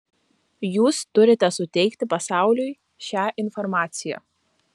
jūs turite suteikti pasauliui šią informaciją